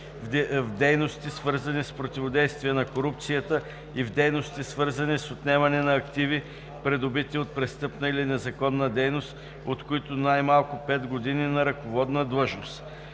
в дейности, свързани с противодействие на корупцията и в дейности, свързани с отнемане на активи, придобити от престъпна или незаконна дейност, от които най-малко 5 години на ръководна длъжност.“